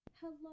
Hello